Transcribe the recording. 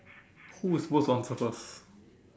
who is supposed to answer first